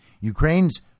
Ukraine's